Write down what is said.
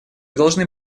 должны